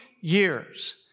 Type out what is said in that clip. years